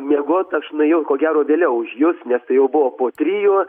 miegot aš nuėjau ko gero vėliau už jus nes tai jau buvo po trijų